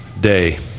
day